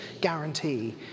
guarantee